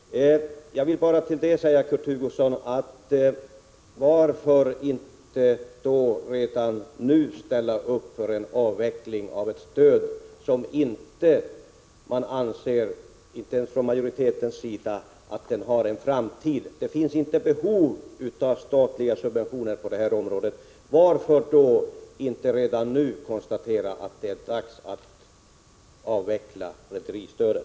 Varför ställer ni er då inte redan nu bakom avvecklingen av ett stöd som inte ens ni från majoritetens sida anser har någon framtid? Det finns inte behov av statliga subventioner på detta område. Varför kan ni inte då redan nu konstatera att det är dags att avveckla rederistödet?